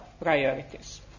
priorities